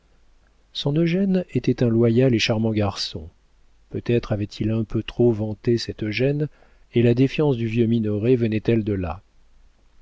son eugène était un loyal et charmant garçon peut-être avait-il un peu trop vanté cet eugène et la défiance du vieux minoret venait-elle de là